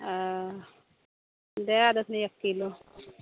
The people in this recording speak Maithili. ओ दै देथिन एक किलो